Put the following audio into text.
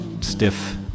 stiff